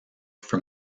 from